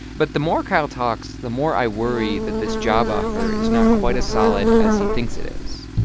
but the more kyle talks, the more i worry that this job offer is not quite as solid as he thinks it is